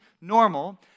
normal